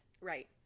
Right